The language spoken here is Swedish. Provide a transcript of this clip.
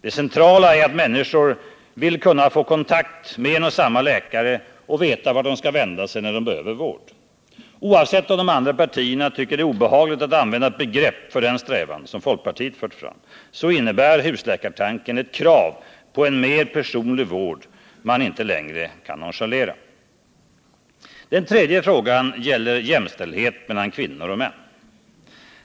Det centrala är att människor vill kunna få kontakt med en och samma läkare och veta vart de skall vända sig när de behöver vård. Oavsett om de andra partierna tycker det är obehagligt att använda ett begrepp för den strävan som folkpartiet fört fram, så innebär husläkartanken ett krav på en mer personlig vård man inte längre kan nonchalera. Den tredje frågan gäller jämställdhet mellan kvinnor och män.